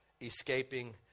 escaping